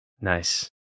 Nice